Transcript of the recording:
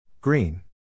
Green